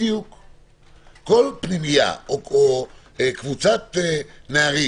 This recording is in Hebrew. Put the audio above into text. פנימייה או קבוצת נערים,